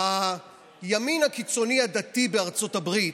מהימין הקיצוני הדתי בארצות הברית.